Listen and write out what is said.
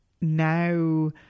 now